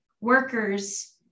workers